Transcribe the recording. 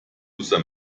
user